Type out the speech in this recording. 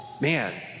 man